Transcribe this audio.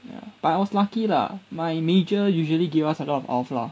ya but I was lucky lah my major usually give us a lot of off lor